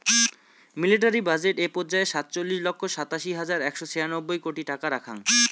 military budget এ পর্যায়ে সাতচল্লিশ লক্ষ সাতাশি হাজার একশো ছিয়ানব্বই কোটি টাকা রাখ্যাং